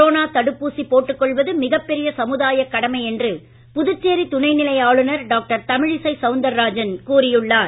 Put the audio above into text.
corona தடுப்பூசி போட்டுக் கொள்வது மிகப் பெரிய சமுதாயக் கடமை என்று புதுச்சேரி துணைநிலை ஆளுநர் டாக்டர் தமிழிசை சவுந்தரராஜன் கூறியுள்ளார்